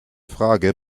frage